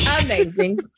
Amazing